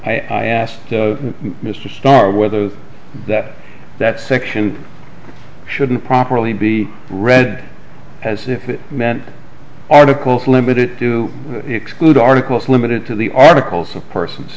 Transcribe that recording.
i asked mr starr whether that that section shouldn't properly be read as if it meant articles limit it to exclude articles limited to the articles of person